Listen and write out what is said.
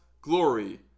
glory